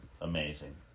amazing